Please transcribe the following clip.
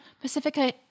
Pacifica